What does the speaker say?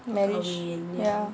marriage ya